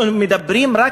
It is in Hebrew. אנחנו מדברים על,